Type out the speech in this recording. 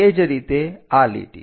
તે જ રીતે આ લીટી